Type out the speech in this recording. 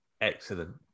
excellent